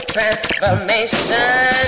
Transformation